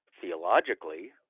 theologically